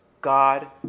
God